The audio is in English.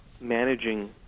managing